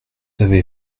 avez